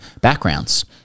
backgrounds